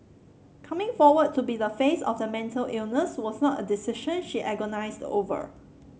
coming forward to be the face of the mental illness was not a decision she agonised over